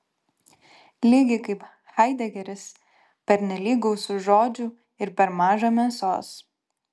lygiai kaip haidegeris pernelyg gausu žodžių ir per maža mėsos